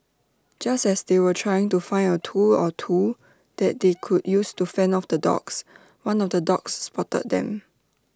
just as they were trying to find A tool or two that they could use to fend off the dogs one of the dogs spotted them